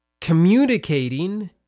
communicating